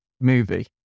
movie